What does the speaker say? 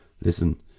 listen